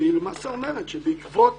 שהיא למעשה אומרת שבעקבות